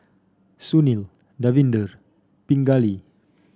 Sunil Davinder Pingali